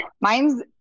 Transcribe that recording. Mine's